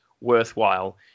worthwhile